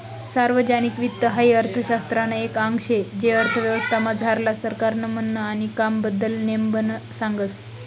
सार्वजनिक वित्त हाई अर्थशास्त्रनं एक आंग शे जे अर्थव्यवस्था मझारलं सरकारनं म्हननं आणि कामबद्दल नेमबन सांगस